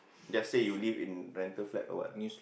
just say you live in rental flat or what ah